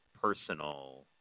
personal